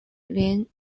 lean